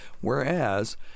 Whereas